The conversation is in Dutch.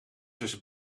tussen